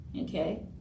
okay